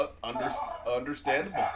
Understandable